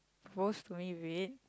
rose to me red